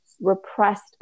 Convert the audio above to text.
repressed